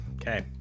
okay